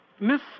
Miss